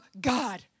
God